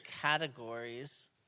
categories